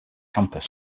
campus